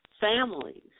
families